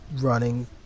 running